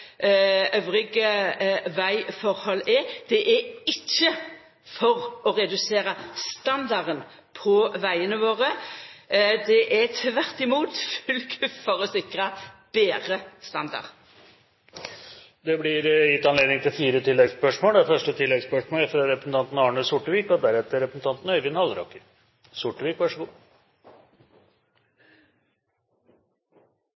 er – er ikkje for å redusera standarden på vegane våre. Det er tvert imot for å sikra betre standard. Det blir gitt anledning til fire